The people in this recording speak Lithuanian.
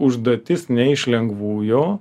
užduotis ne iš lengvųjų